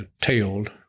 tailed